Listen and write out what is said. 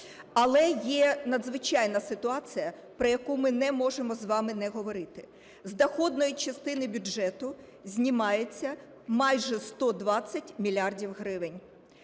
Але є надзвичайна ситуація, про яку ми не можемо з вами не говорити: з доходної частини бюджету знімається майже 120 мільярдів